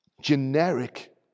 generic